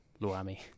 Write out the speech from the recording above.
Luami